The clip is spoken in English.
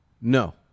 No